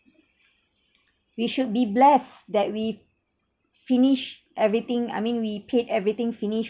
we should be blessed that we finished everything I mean we paid everything finish